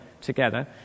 together